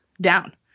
down